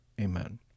Amen